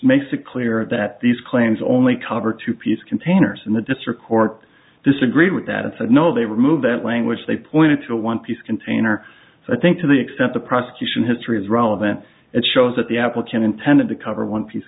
makes it clear that these claims only cover two piece containers and the district court disagreed with that and said no they removed that language they pointed to a one piece container so i think to the extent the prosecution history is relevant it shows that the applicant intended to cover one piece